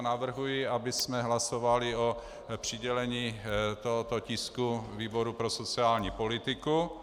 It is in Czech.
Navrhuji, abychom hlasovali o přidělení tohoto tisku výboru pro sociální politiku.